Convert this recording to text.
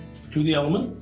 to the element.